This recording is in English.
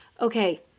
okay